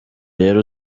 rero